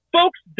Folks